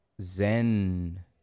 zen